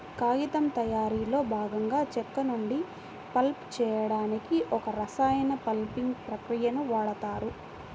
కాగితం తయారీలో భాగంగా చెక్క నుండి పల్ప్ చేయడానికి ఒక రసాయన పల్పింగ్ ప్రక్రియని వాడుతారు